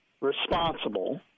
responsible